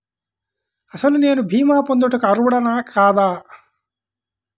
అసలు నేను భీమా పొందుటకు అర్హుడన కాదా?